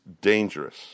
dangerous